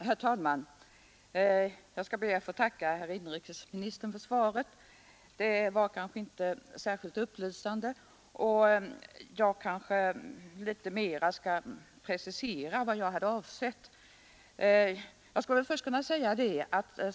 Herr talman! Jag skall be att få tacka herr inrikesministern för svaret. Det var kanske inte särskilt upplysande, och jag skall litet mera precisera vad jag hade avsett.